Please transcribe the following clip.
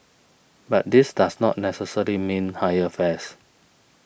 but this does not necessarily mean higher fares